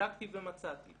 בדקתי ומצאתי